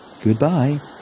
goodbye